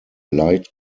light